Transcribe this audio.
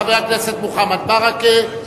חבר הכנסת מוחמד ברכה,